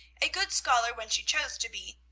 a good scholar when she chose to be,